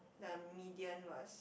the medium was